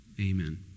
Amen